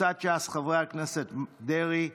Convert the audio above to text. קבוצת סיעת ש"ס: חברי הכנסת אריה דרעי,